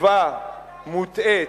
חשיבה מוטעית,